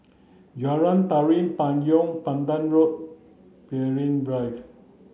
Jalan Tari Payong Pandan Road Peirce Drive